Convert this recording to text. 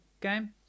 game